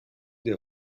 des